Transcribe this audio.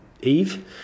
Eve